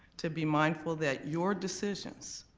to be mindful that your decisions